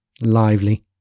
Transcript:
lively